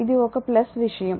ఇది ఒక విషయం